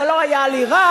זה לא היה על אירן,